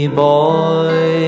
boy